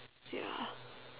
ya